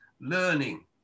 learning